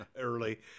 early